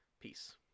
Peace